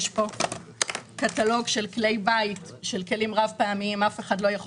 יש פה קטלוג של כלי בית רב-פעמיים ולכן אף אחד לא יכול